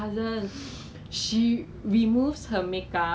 like 没有这样多人出去 ah then 全部在在家里